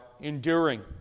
enduring